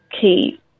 key